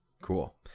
cool